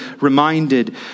reminded